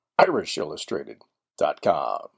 IrishIllustrated.com